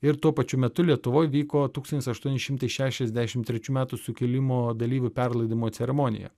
ir tuo pačiu metu lietuvoj vyko tūkstantis aštuoni šimtai šešiasdešimt trečių metų sukilimo dalyvių perlaidojimo ceremonija